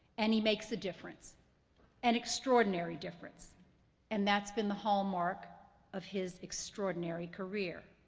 and he makes the difference an extraordinary difference and that's been the hallmark of his extraordinary career.